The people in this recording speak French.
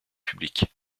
public